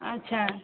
अच्छा